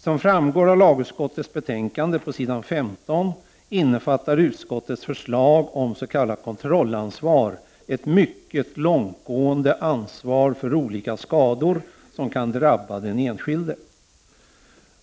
Som framgår av lagutskottets betänkande 22 november 1989 innefattar utskottets förslag om s.k. kontrollansvar ett mycket långe: Z——GA gående ansvar för olika skador som kan drabba den enskilde.